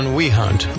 Wehunt